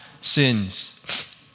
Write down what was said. sins